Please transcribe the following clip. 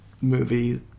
Movie